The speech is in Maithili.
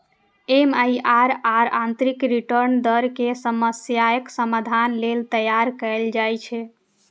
एम.आई.आर.आर आंतरिक रिटर्न दर के समस्याक समाधान लेल तैयार कैल जाइ छै